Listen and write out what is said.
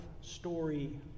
story